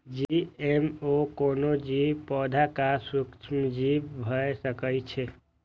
GMO कोनो जीव, पौधा आ सूक्ष्मजीव भए सकै छै